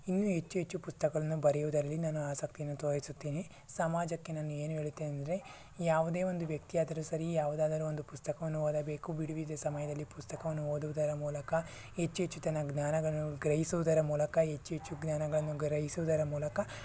ಇನ್ನೂ ಹೆಚ್ಚು ಹೆಚ್ಚು ಪುಸ್ತಗಳನ್ನು ಬರೆಯುವುದರಲ್ಲಿ ನಾನು ಆಸಕ್ತಿಯನ್ನು ತೋರಿಸುತ್ತೇನೆ ಸಮಾಜಕ್ಕೆ ನಾನು ಏನು ಹೇಳುತ್ತೇನೆ ಅಂದರೆ ಯಾವುದೇ ಒಂದು ವ್ಯಕ್ತಿ ಅದರೂ ಸರಿ ಯಾವುದಾದರೊಂದು ಪುಸ್ತಕವನ್ನು ಓದಬೇಕು ಬಿಡುವಿದ್ದ ಸಮಯದಲ್ಲಿ ಪುಸ್ತಕವನ್ನು ಓದುವುದರ ಮೂಲಕ ಹೆಚ್ಚು ಹೆಚ್ಚು ತನ್ನ ಜ್ಞಾನಗಳ ಗ್ರಹಿಸುವುದರ ಮೂಲಕ ಹೆಚ್ಚು ಹೆಚ್ಚು ಜ್ಞಾನಗಳನ್ನು ಗ್ರಹಿಸುವುದರ ಮೂಲಕ